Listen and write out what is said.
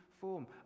form